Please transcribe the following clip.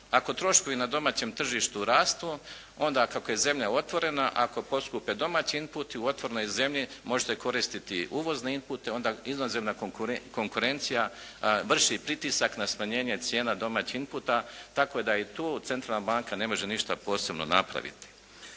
Ako troškovi na domaćem tržištu rastu, onda kako je zemlja otvorena, ako poskupe domaći inputi, u otvorenoj zemlji možete koristiti i uvozne inpute, onda inozemna konkurencija vrši pritisak na smanjenje cijena domaćih inputa, tako da i tu centralna banka ne može ništa posebno napraviti.